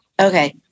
Okay